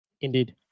Indeed